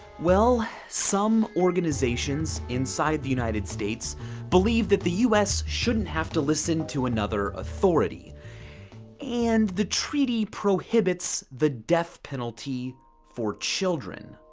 well, some organizations inside the united states believe that the us shouldn't have to listen to another authority and the treaty prohibits the death penalty for children.